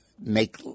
make